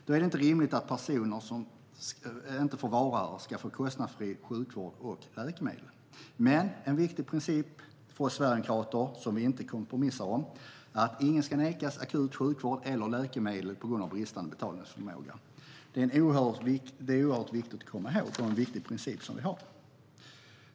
Då är det inte rimligt att personer som inte får vara här ska få kostnadsfri sjukvård och läkemedel. Men en viktig princip för oss sverigedemokrater som vi inte kompromissar om är att ingen ska nekas akut sjukvård eller läkemedel på grund av bristande betalningsförmåga. Det är oerhört viktigt att komma ihåg och en viktig princip som vi har.